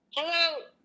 Hello